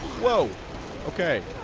while ok,